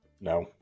no